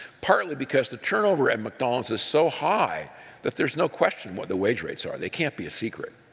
partly because the turnover at mcdonald's is so high that there's no question what the wage rates are. they can't be a secret.